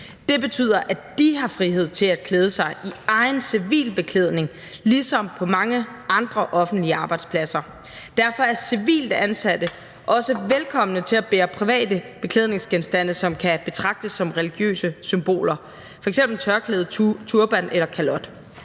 Det betyder, at de har frihed til at klæde sig i egen civil beklædning, ligesom man har på mange andre offentlige arbejdspladser. Derfor er civilt ansatte også velkomne til at bære private beklædningsgenstande, som kan betragtes som religiøse symboler, f.eks. tørklæde, turban eller kalot.